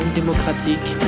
démocratique